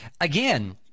Again